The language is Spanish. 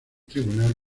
tribunal